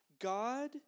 God